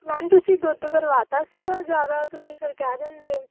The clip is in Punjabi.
ਮੈਮ ਤੁਸੀਂ ਦੁੱਧ ਵਧਵਾ ਤਾ ਸੀਗਾ ਜ਼ਿਆਦਾ ਤੁਸੀਂ ਫਿਰ ਕਹਿ ਦਿੰਦੇ